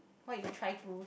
what you try to